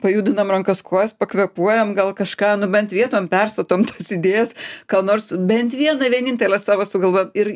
pajudinam rankas kojas pakvėpuojam gal kažką nu bent vietom perstatom tas idėjas ką nors bent vieną vienintelę savo sugalvojam ir